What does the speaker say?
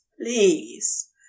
please